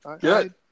Good